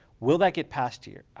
will that get passed here?